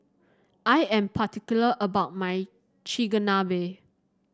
I am particular about my Chigenabe